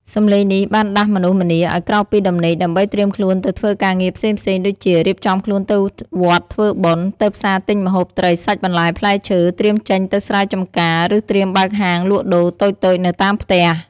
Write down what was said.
សំឡេងនេះបានដាស់មនុស្សម្នាឱ្យក្រោកពីដំណេកដើម្បីត្រៀមខ្លួនទៅធ្វើការងារផ្សេងៗដូចជា រៀបចំខ្លួនទៅវត្តធ្វើបុណ្យ ទៅផ្សារទិញម្ហូបត្រី សាច់ បន្លែ ផ្លែឈើ ត្រៀមចេញទៅស្រែចម្ការ ឬត្រៀមបើកហាងលក់ដូរតូចៗនៅតាមផ្ទះ។